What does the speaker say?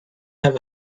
have